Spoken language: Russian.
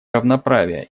равноправия